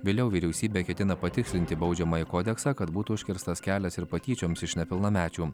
vėliau vyriausybė ketina patikslinti baudžiamąjį kodeksą kad būtų užkirstas kelias ir patyčioms iš nepilnamečių